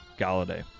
Galladay